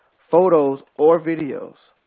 photos, or videos.